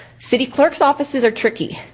city clerk's offices are tricky.